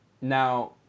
Now